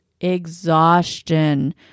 exhaustion